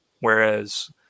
Whereas